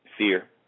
Fear